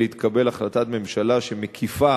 להתקבל החלטת ממשלה שמקיפה